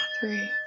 three